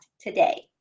today